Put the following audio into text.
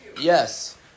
Yes